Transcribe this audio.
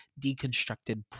deconstructed